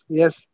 yes।